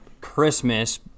Christmas –